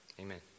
Amen